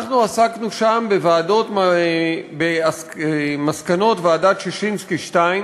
אנחנו עסקנו שם במסקנות ועדת ששינסקי 2,